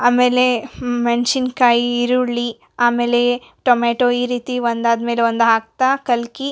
ಆಮೇಲೆ ಮೆನ್ಸಿನ್ಕಾಯಿ ಈರುಳ್ಳಿ ಆಮೇಲೆ ಟೊಮೆಟೊ ಈ ರೀತಿ ಒಂದಾದ್ಮೇಲೆ ಒಂದು ಹಾಕ್ತಾ ಕಲ್ಕಿ